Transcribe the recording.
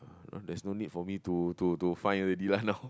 there's no need for me to to to find already lah now